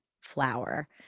flower